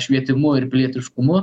švietimu ir pilietiškumu